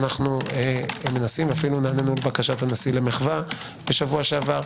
שאנחנו נענינו לבקשת הנשיא למחווה בשבוע שעבר.